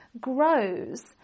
grows